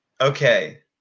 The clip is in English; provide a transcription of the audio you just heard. Okay